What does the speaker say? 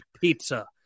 pizza